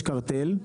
יש קרטל,